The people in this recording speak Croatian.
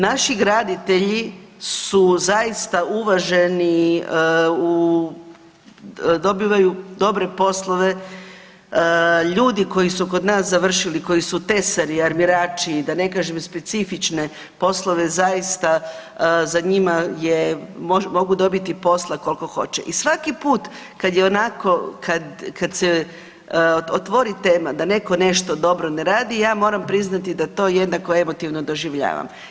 Naši graditelji su zaista uvaženi u, dobivaju dobre poslove, ljudi koji su kod nas završili, koji su tesari, armirači, da ne kažem specifične poslove, zaista za njima je, mogu dobiti posla koliko hoće i svaki put kad je onako, kad se otvori tema da netko nešto dobro ne radi, ja moram priznati da to jednako emotivno doživljavam.